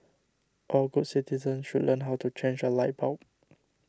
all good citizens should learn how to change a light bulb